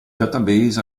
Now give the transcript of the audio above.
database